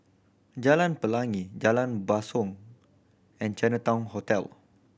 Jalan Pelangi Jalan Basong and Chinatown Hotel